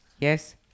Yes